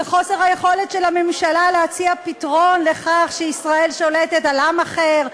חוסר היכולת של הממשלה להציע פתרון לכך שישראל שולטת על עם אחר,